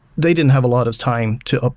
they didn't have a lot of time to